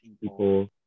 people